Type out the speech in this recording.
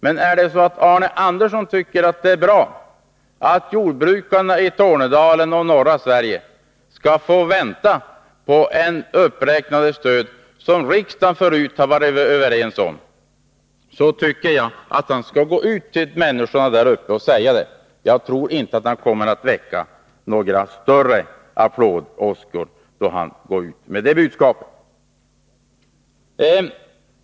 Men är det så att Arne Andersson i Ljung tycker att det är bra att jordbrukarna i Tornedalen och norra Sverige skall få vänta på den uppräkning av stödet som riksdagen förut varit överens om, så tycker jag att han skall gå ut till människorna där uppe och säga det. Jag tror inte han kommer att väcka några större applådåskor med det budskapet.